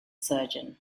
surgeon